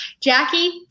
jackie